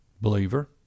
believer